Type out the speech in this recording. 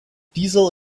diesel